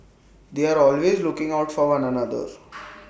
they are always looking out for one another